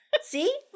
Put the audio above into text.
See